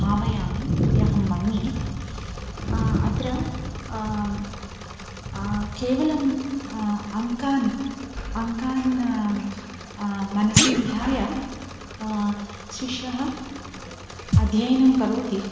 भावयामि इति अहं मन्ये अत्र केवलम् अङ्कान् अङ्कान् मनसि निधाय शिष्यः अध्ययनं करोति